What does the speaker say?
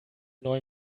wir